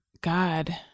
God